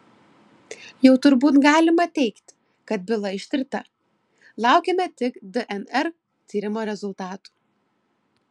jau turbūt galima teigti kad byla ištirta laukiame tik dnr tyrimo rezultatų